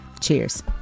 Cheers